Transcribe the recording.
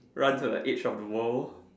run to the edge of the world